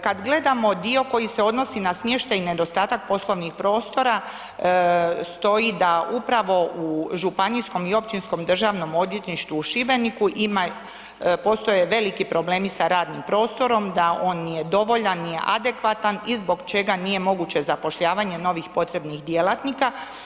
Kad gledamo dio koji se odnosi na smještaj i nedostatak poslovnih prostora stoji da upravo u županijskom i Općinskom državnom odvjetništvu u Šibeniku ima, postoje veliki problemi sa radnim prostorom, da on nije dovoljan, nije adekvatan i zbog čega nije moguće zapošljavanje novih potrebnih djelatnika.